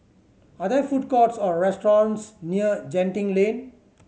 are there food courts or restaurants near Genting Lane